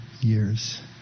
years